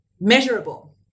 measurable